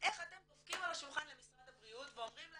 איך אתם דופקים על השולחן למשרד הבריאות ואומרים להם,